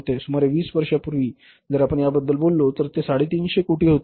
सुमारे 20 वर्षांपूर्वी जर आपण याबद्दल बोललो तर ते 350 कोटी रुपये होते